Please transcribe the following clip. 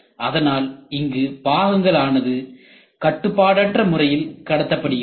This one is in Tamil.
அதனால் இங்கு பாகங்கள் ஆனது கட்டுப்பாடற்ற முறையில் கடத்தப்படுகிறது